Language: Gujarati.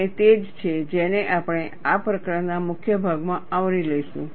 અને તે જ છે જેને આપણે આ પ્રકરણના મુખ્ય ભાગમાં આવરી લઈશું